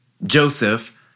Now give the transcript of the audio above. Joseph